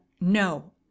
no